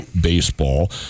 baseball